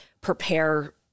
prepare